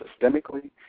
systemically